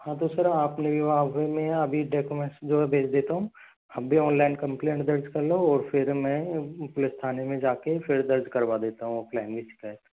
हाँ तो सर आप मैं अभी डॉक्युमेंट्स अभी भेज देता हूँ अभी ऑनलाइन कंप्लेंट दर्ज कर लो और फिर मैं पुलिस थाने में जाके फिर दर्ज करवा देता हूँ ऑफलाइन भी शिकायत